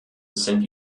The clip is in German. sind